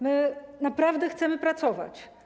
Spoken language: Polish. My naprawdę chcemy pracować.